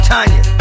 Tanya